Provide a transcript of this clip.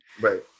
Right